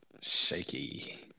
Shaky